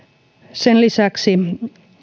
sen lisäksi